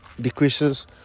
decreases